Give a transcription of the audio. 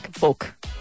book